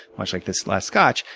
much like this last scotch,